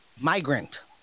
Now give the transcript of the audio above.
Migrant